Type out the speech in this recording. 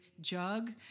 jug